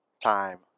time